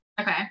Okay